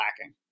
lacking